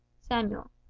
Samuel